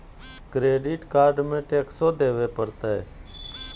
Credit card में टेक्सो देवे परते?